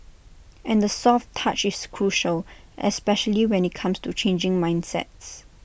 and the soft touch is crucial especially when IT comes to changing mindsets